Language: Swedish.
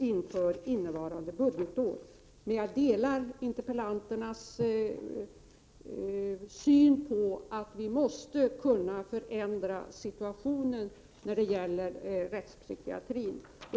Jag delar emellertid interpellantens och frågeställarens uppfattning att vi måste kunna förändra situationen när det gäller rättspsykiatrin.